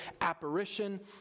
apparition